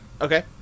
Okay